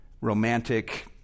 romantic